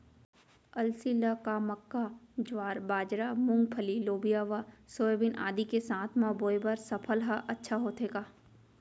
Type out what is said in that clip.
अलसी ल का मक्का, ज्वार, बाजरा, मूंगफली, लोबिया व सोयाबीन आदि के साथ म बोये बर सफल ह अच्छा होथे का?